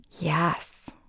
yes